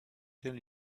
tell